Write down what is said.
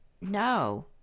no